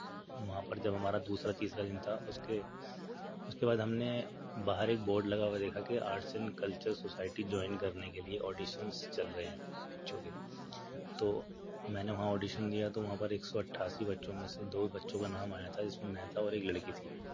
وہاں پر جب ہمارا دوسرا تیسرا دن تھا اس کے اس کے بعد ہم نے باہر ایک بورڈ لگا ہوا دیکھا کہ arts and culture society join کرنے کے لیے آڈیشنس چل رہے ہیں بچوں کے تو میں نے وہاں اوڈیشن دیا تو ایک سو اٹھاسی بچوں میں سے دو بچوں کا نام آیا تھا جس میں میں تھا اور ایک لڑکی تھی